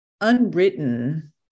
unwritten